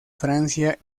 francia